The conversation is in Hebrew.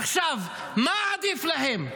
עכשיו, מה עדיף להם?